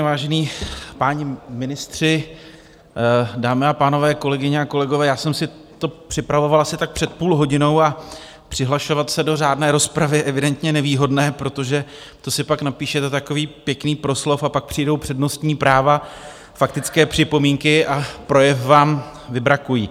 Vážení páni ministři, dámy a pánové, kolegyně a kolegové, já jsem si to připravoval asi tak před půlhodinou a přihlašovat se do řádné rozpravy je evidentně nevýhodné, protože to si napíšete takový pěkný proslov a pak přijdou přednostní práva, faktické připomínky a projev vám vybrakují.